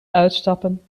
uitstappen